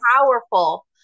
powerful